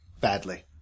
badly